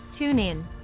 TuneIn